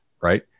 Right